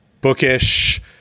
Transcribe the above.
bookish